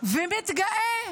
ומתגאה